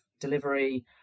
delivery